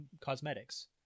cosmetics